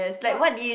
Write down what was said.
not